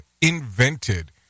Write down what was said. invented